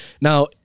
Now